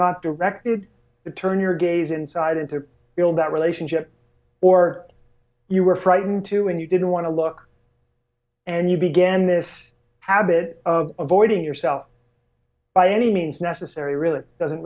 not directed to turn your gaze inside to build that relationship or you were frightened too and you didn't want to look and you begin this abit of avoiding yourself by any means necessary really it doesn't